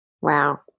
Wow